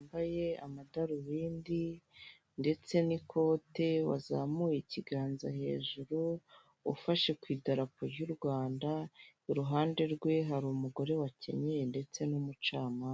Umugabo wambaye amadarubindi ndetse n'ikote wazamuye ikiganza hejuru ufashe ku idarapo ry'u Rwanda iruhande rwe hari umugore wakenyeye ndetse n'umucamanza.